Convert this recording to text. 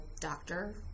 doctor